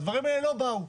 הדברים האלה לא באו.